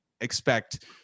expect